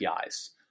APIs